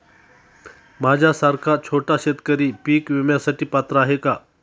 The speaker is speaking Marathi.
माझ्यासारखा छोटा शेतकरी पीक विम्यासाठी पात्र आहे का?